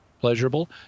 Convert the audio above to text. Pleasurable